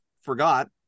forgot